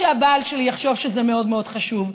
אני חייבת שלא רק שהבעל שלי יחשוב שזה מאוד מאוד חשוב,